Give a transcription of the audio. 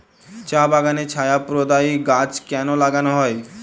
চা বাগানে ছায়া প্রদায়ী গাছ কেন লাগানো হয়?